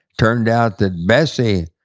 turned out that bessy